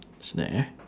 snack eh